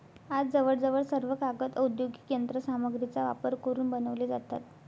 आज जवळजवळ सर्व कागद औद्योगिक यंत्र सामग्रीचा वापर करून बनवले जातात